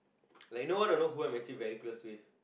like no one will know who I'm actually very close with